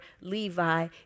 Levi